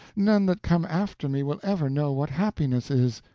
none that come after me will ever know what happiness is.